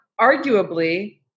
arguably